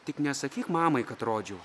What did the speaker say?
tik nesakyk mamai kad rodžiau